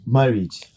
Marriage